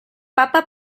papa